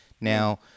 Now